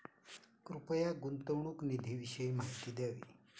कृपया गुंतवणूक निधीविषयी माहिती द्यावी